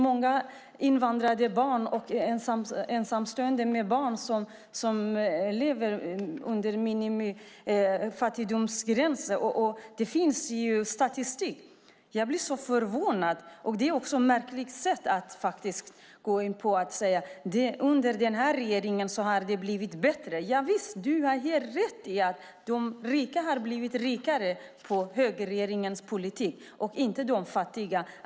Många invandrade barn och ensamstående med barn lever under fattigdomsgränsen. Det finns statistik på det. Det är märkligt att säga att det har blivit bättre under denna regering. De rika har blivit rikare av högerregeringens politik men inte de fattiga.